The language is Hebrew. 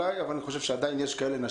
אבל אני חושב שיש עדיין נשים,